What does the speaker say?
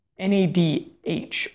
NADH